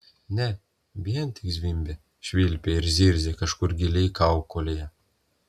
ne vien tik zvimbė švilpė ir zirzė kažkur giliai kaukolėje